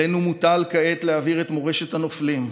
עלינו מוטל כעת להעביר את מורשת הנופלים,